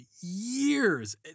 years